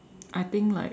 I think like